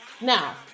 now